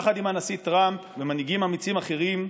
יחד עם הנשיא טראמפ ומנהיגים אמיצים אחרים,